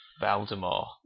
Valdemar